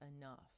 enough